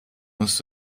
musst